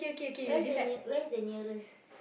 where's the near where's the nearest